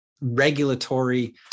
regulatory